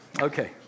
Okay